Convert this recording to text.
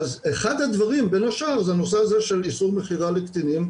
השאר הוא הנושא של איסור מכירה לקטינים,